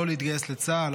לא להתגייס לצה"ל,